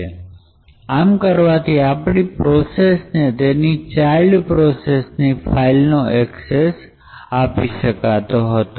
અને આમ કરવાથી આપણે પ્રોસેસને એની ચિલ્ડ પ્રોસેસ ની ફાઈલ નો એક્સેસ આપતા હતા